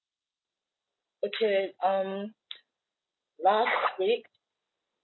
okay um last week